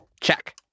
Check